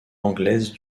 anglaise